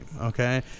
okay